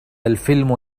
الفلم